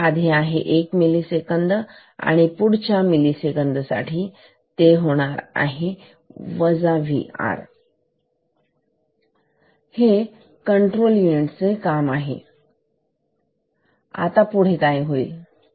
तर हे आधी आहे एक मिलीसेकंद हे इथे आहे आणि पुढच्या मिलिसेकंद साठी 2 जोडणार हे Vr कंट्रोल युनिट चे काम आहे आता पुढे काय होईल